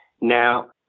Now